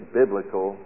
biblical